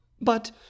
But